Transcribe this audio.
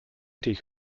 ich